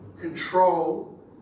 control